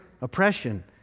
oppression